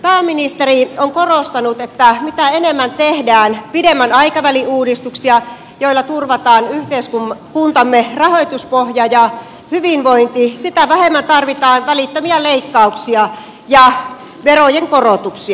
pääministeri on korostanut että mitä enemmän tehdään pidemmän aikavälin uudistuksia joilla turvataan yhteiskuntamme rahoituspohja ja hyvinvointi sitä vähemmän tarvitaan välittömiä leikkauksia ja verojen korotuksia